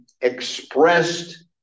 expressed